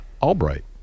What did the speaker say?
Albright